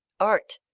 art!